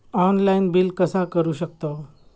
Online bill कसा करु शकतव?